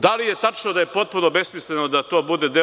Da li je tačno da je potpuno besmisleno da to bude